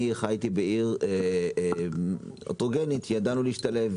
אני גרתי בעיר הטרוגנית וידענו להשתלב.